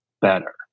better